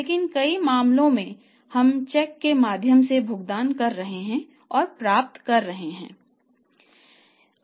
लेकिन कई मामलों में हम चेक के माध्यम से भुगतान कर रहे हैं और प्राप्त कर रहे हैं